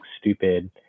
stupid